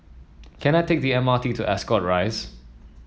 can I take the M R T to Ascot Rise